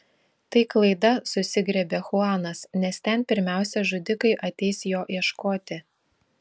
tai klaida susigriebė chuanas nes ten pirmiausia žudikai ateis jo ieškoti